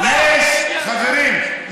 חברים,